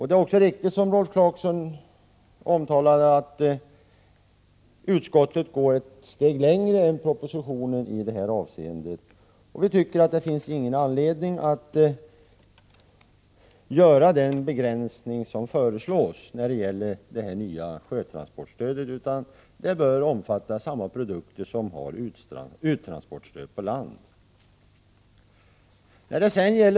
Det är också riktigt som Rolf Clarkson omtalar att utskottet går ett steg längre än propositionen i detta avseende. Vi tycker inte att det finns någon anledning att göra den begränsning som föreslås, utan sjötransportstödet bör omfatta samma produkter som har uttransportstöd på land.